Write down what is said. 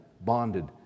bonded